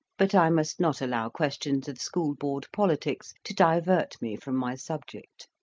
but i must not allow questions of school board politics to divert me from my subject.